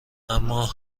اما